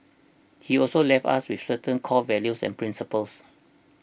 he also left us with certain core values and principles